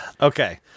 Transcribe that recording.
Okay